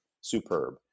Superb